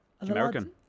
American